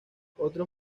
otros